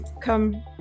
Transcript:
come